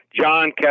John